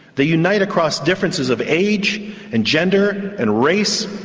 they unite across differences of age and gender and race,